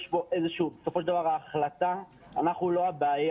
אנחנו לא הבעיה,